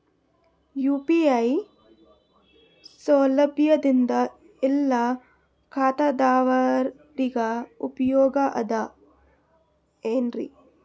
UPI ಸೌಲಭ್ಯದಿಂದ ಎಲ್ಲಾ ಖಾತಾದಾವರಿಗ ಉಪಯೋಗ ಅದ ಏನ್ರಿ?